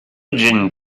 dzień